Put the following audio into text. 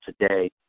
today